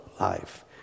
life